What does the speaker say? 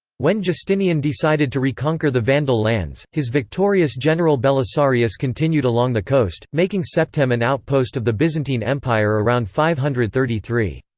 when justinian decided to reconquer the vandal lands, his victorious general belisarius continued along the coast, making septem an outpost of the byzantine empire around five hundred and thirty three.